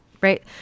right